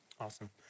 Awesome